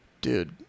dude –